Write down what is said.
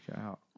out